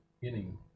beginning